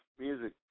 music